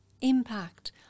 impact